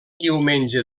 diumenge